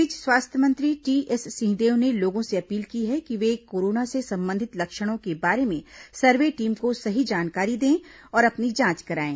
इस बीच स्वास्थ्य मंत्री टीएस सिंहदेव ने लोगों से अपील की है कि वे कोरोना से संबंधित लक्षणों के बारे में सर्वे टीम को सही जानकारी दें और अपनी जांच कराएं